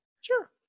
sure